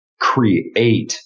create